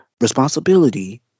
responsibility